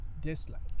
dislike